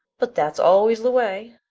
but that's always the way.